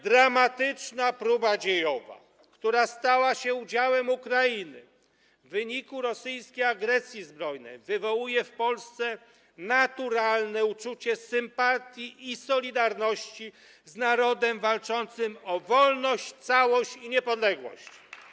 Dramatyczna próba dziejowa, która stała się udziałem Ukrainy w wyniku rosyjskiej agresji zbrojnej, wywołuje w Polsce naturalne uczucie sympatii i solidarności z narodem walczącym o wolność, całość i niepodległość.